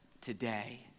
today